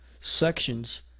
sections